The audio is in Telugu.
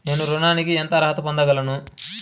నేను ఋణానికి ఎలా అర్హత పొందగలను?